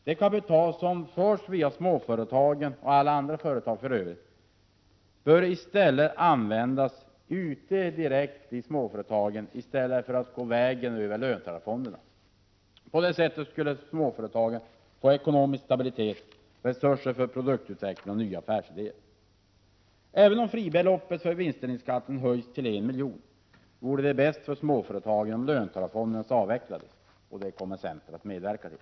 Det kapital som förs över från småföretagen, och alla andra företag för övrigt, bör i stället för att gå vägen över löntagarfonderna användas direkt ute i småföretagen. På det sättet skulle småföretagen få ekonomisk stabilitet, resurser till produktutveckling och nya affärsled. Även om fribeloppet för vinstdelningsskatten höjs till 1 milj.kr., vore det bäst för småföretagen om löntagarfonderna avvecklades. Det kommer centern att medverka till.